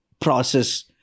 process